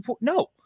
no